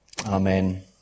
Amen